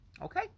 Okay